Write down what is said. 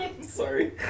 sorry